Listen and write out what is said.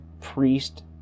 priest